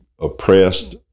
oppressed